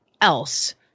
else